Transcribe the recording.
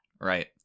Right